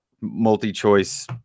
multi-choice